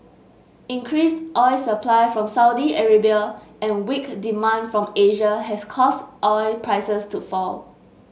increased oil supply from Saudi Arabia and weak demand from Asia has caused oil prices to fall